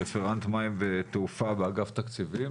רפרנט מים ותעופה באגף תקציבים.